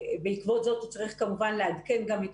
בעקבות זאת הוא צריך כמובן לעדכן גם את